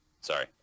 Sorry